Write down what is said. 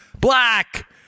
Black